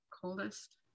coldest